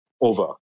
over